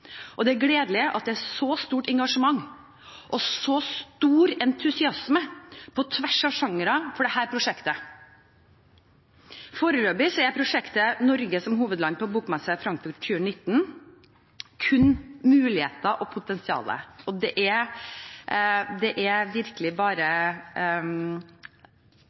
Det er gledelig at det er så stort engasjement og så stor entusiasme – på tvers av sjangere – for dette prosjektet. Foreløpig er prosjektet «Norge som hovedland på bokmessen i Frankfurt 2019» kun muligheter og potensial, og det er